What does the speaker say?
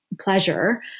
pleasure